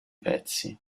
pezzi